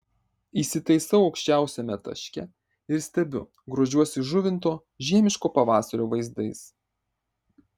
įsitaisau aukščiausiame taške ir stebiu grožiuosi žuvinto žiemiško pavasario vaizdais